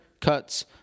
Cuts